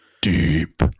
deep